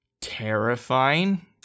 terrifying